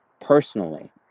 personally